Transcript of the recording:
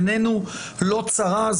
עינינו לא צרה,